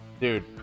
Dude